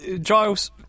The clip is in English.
Giles